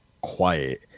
quiet